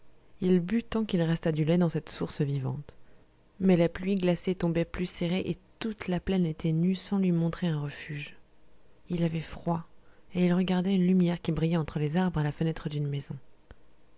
il but tant qu'il resta du lait dans cette source vivante mais la pluie glacée tombait plus serrée et toute la plaine était nue sans lui montrer un refuge il avait froid et il regardait une lumière qui brillait entre les arbres à la fenêtre d'une maison